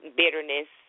bitterness